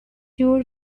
your